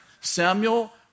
Samuel